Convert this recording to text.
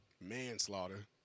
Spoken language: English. manslaughter